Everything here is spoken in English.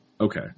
Okay